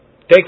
Take